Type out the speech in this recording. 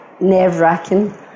nerve-wracking